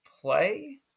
play